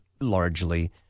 largely –